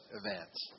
events